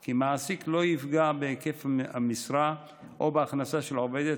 כי מעסיק לא יפגע בהיקף המשרה או בהכנסה של עובדת